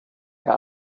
der